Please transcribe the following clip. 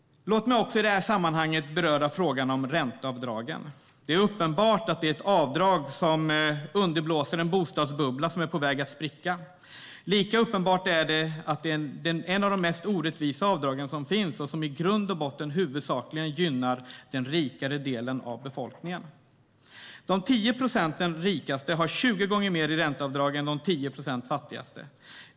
Låt mig också beröra frågan om ränteavdragen. Det är uppenbart att det är ett avdrag som underblåser en bostadsbubbla som är på väg att spricka. Lika uppenbart är att det är ett av de mest orättvisa avdragen som finns och huvudsakligen gynnar den rikare delen av befolkningen. De 10 procenten som är rikast har 20 gånger mer i ränteavdrag än de 10 procent som är fattigast.